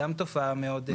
היא גם תופעה מאוד.